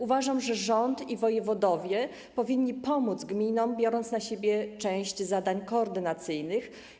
Uważam, że rząd i wojewodowie powinni pomóc gminom, biorąc na siebie część zadań koordynacyjnych.